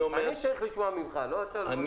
אני צריך לשמוע ממך ולא אתה ממני.